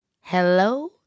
Hello